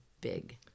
Big